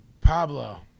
Pablo